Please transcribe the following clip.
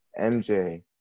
MJ